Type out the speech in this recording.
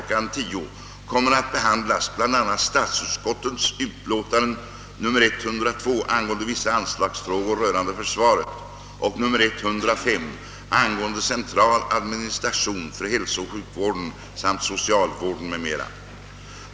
10.00 kommer att behandlas bl.a. statsutskottets utlåtanden nr 102, angående vissa anslagsfrågor rörande försvaret, och nr 105, angående central administration för hälsooch sjukvården samt socialvården m.m.